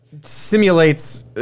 simulates